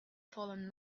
fallen